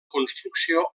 construcció